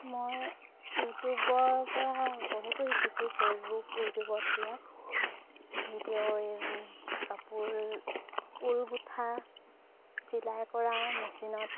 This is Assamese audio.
মই ইউটিউবৰপৰা বহুতো শিকিছোঁ ফেচবুক ইউটিউবত দিয়া ভিডিঅ' এই কাপোৰ ঊল গোঁঠা চিলাই কৰা মেচিনত